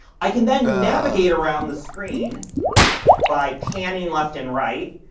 i can then navigate around the screen by panning left and right,